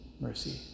mercy